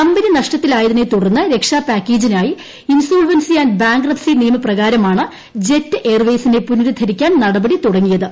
company നഷ്ടത്തിലായതിനെ തുടർന്ന് രക്ഷാപാക്കേജിനായി ഇൻസോൾവൾസി ആന്റ് ബാങ്ക്റപ്സി നിയമപ്രകാരമാണ് ജെറ്റ് എയർവെയ്സിനെ പുനരുദ്ധരിക്കാൻ നടപടി തുടങ്ങിയത്